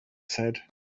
said